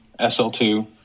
SL2